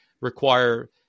require